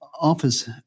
offers